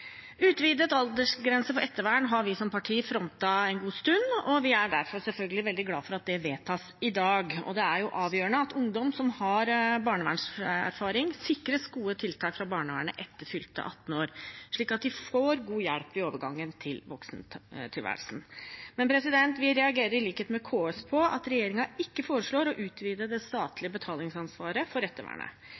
Utvidet aldersgrense for ettervern har vi som parti frontet en god stund, og vi er derfor selvfølgelig veldig glade for at det vedtas i dag. Det er avgjørende at ungdom som har barnevernserfaring, sikres gode tiltak fra barnevernet etter fylte 18 år, slik at de får god hjelp i overgangen til voksentilværelsen. Men vi reagerer i likhet med KS på at regjeringen ikke foreslår å utvide det statlige betalingsansvaret for ettervernet.